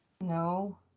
No